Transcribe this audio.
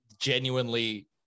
genuinely